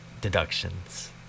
deductions